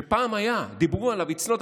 שפעם היה, דיברו עליו, It's not done.